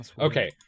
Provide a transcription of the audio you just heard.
Okay